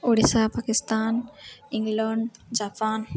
Odisha Pakistan England Japan